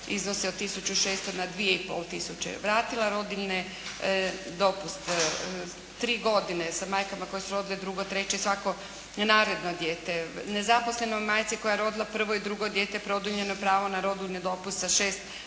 na 2 i pol tisuće, vratila rodiljne dopust, 3 godine sa majkama koje su rodile drugo, treće i svako naredno dijete, nezaposlenoj majci koja je rodila prvo i drugo dijete produljeno je pravo na rodiljni dopust sa 6